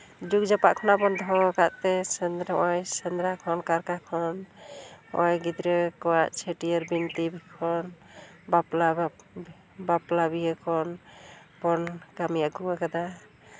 ᱡᱩᱜᱽ ᱡᱟᱯᱟᱜ ᱠᱷᱚᱱᱟᱜ ᱵᱚᱱ ᱫᱚᱦᱚ ᱟᱠᱟᱫ ᱛᱮ ᱥᱮᱸᱫᱽᱨᱟ ᱦᱚᱸᱜ ᱚᱭ ᱥᱮᱸᱫᱽᱨᱟ ᱠᱷᱚᱱ ᱠᱟᱨᱠᱟ ᱠᱷᱚᱱ ᱱᱚᱜᱼᱚᱭ ᱜᱤᱫᱽᱨᱟᱹ ᱠᱚᱣᱟᱜ ᱪᱷᱟᱹᱴᱭᱟᱹᱨ ᱵᱤᱱᱛᱤ ᱠᱷᱚᱱ ᱵᱟᱯᱞᱟ ᱵᱟᱯᱞᱟ ᱵᱤᱦᱟᱹ ᱠᱷᱚᱱ ᱵᱚᱱ ᱠᱟᱹᱢᱤ ᱟᱹᱜᱩ ᱟᱠᱟᱫᱟ